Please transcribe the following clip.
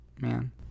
man